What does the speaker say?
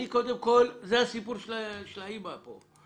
זה הסיפור של האימא כאן.